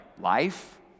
life